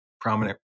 prominent